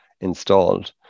installed